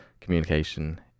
communication